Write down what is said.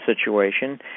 situation